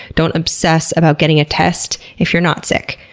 don't obsess about getting a test if you're not sick.